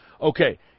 Okay